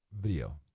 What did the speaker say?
video